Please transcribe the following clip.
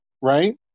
right